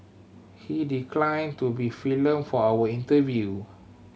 he declined to be filmed for our interview